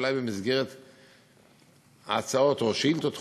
אולי במסגרת ההצעות או שאילתות דחופות,